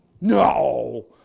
No